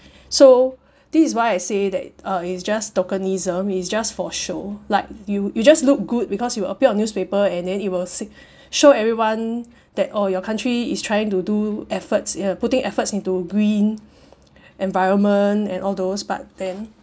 so this is why I say that uh it's just tokenism it's just for show like you you just look good because you appear newspaper and then it will s~ show everyone that oh your country is trying to do efforts uh putting in efforts into green environment and all those but then